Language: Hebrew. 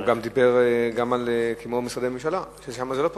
הוא גם דיבר על משרדי ממשלה, ששם זה לא פרטי.